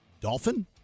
Dolphin